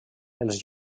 els